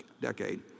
decade